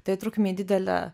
tai trukmei didelę